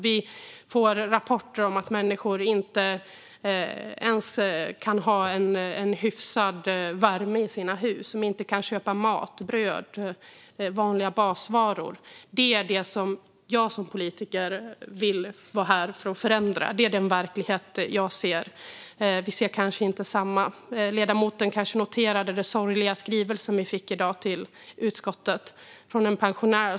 Vi får rapporter om att människor inte ens kan ha hyfsad värme i sina hus och inte kan köpa mat, bröd och vanliga basvaror. Det är det jag som politiker vill vara här för att förändra. Vi ser kanske inte samma sak, men det är den verklighet jag ser. Ledamoten kanske noterade den sorgliga skrivelsen vi fick i dag till utskottet från en pensionär.